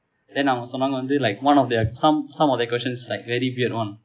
then அவங்க சொன்னாங்க வந்து:avangal sonnaanga vanthu like one of their some some of their questions like very weird one